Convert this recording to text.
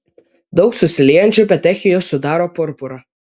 daug susiliejančių petechijų sudaro purpurą